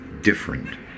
different